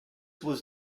was